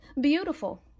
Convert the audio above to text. beautiful